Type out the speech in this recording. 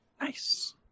Nice